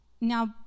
now